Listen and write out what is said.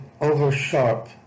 over-sharp